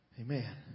Amen